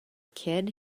kid